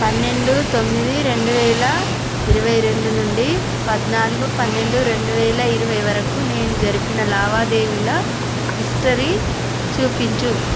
పన్నెండు తొమ్మిది రెండు వేల ఇరవై రెండు నుండి పద్నాలుగు పన్నెండు రెండు వేల ఇరవై వరకు నేను జరిపిన లావాదేవీల హిస్టరీ చూపించు